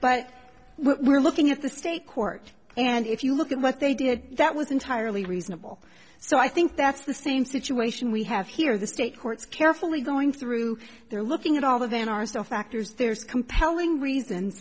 but we're looking at the state court and if you look at what they did that was entirely reasonable so i think that's the same situation we have here the state courts carefully going through there looking at all of them are still factors there's compelling reason